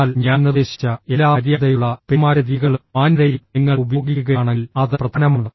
എന്നാൽ ഞാൻ നിർദ്ദേശിച്ച എല്ലാ മര്യാദയുള്ള പെരുമാറ്റരീതികളും മാന്യതയും നിങ്ങൾ ഉപയോഗിക്കുകയാണെങ്കിൽ അത് പ്രധാനമാണ്